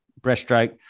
breaststroke